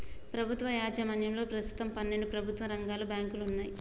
ప్రభుత్వ యాజమాన్యంలో ప్రస్తుతం పన్నెండు ప్రభుత్వ రంగ బ్యాంకులు వున్నయ్